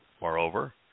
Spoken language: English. Moreover